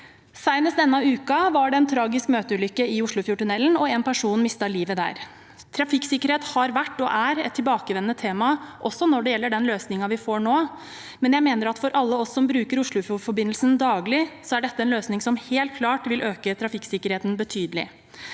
Senest denne uken var det en tragisk møteulykke i Oslofjordtunnelen, og en person mistet livet der. Trafikksikkerhet har vært og er et tilbakevendende tema, også når det gjelder den løsningen vi får nå. Men jeg mener at for alle oss som bruker Oslofjordforbindelsen daglig, er dette en løsning som helt klart vil øke trafikksikkerheten betydelig.